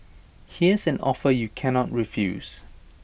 here's an offer you can not refuse